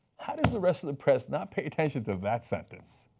how does the rest of the press not pay attention to that sentence?